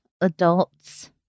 Adults